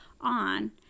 on